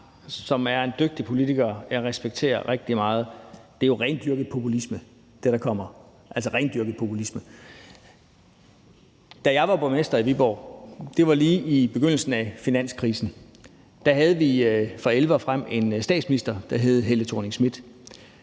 som er en dygtig politiker, og som jeg respekterer rigtig meget – det er jo rendyrket populisme. Altså, det er rendyrket populisme. Jeg var borgmester i Viborg lige i begyndelsen af finanskrisen. Der havde vi fra 2011 og frem en statsminister, der hed Helle Thorning-Schmidt.